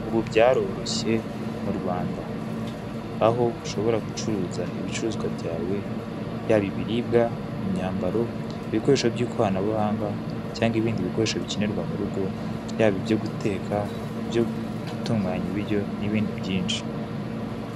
Ubu byaroroshye m'urwanda aho ushobora gucuruza ibicuruzwa byawe yaba ibiribwa imyambaro ibikoresho byikoranabuhanga cyangwa ibindi bikoresho bikenerwa murugo yaba ibyoguteka ibyo gutunganya ibiryo nibindi byinshi.